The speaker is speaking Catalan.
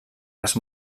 les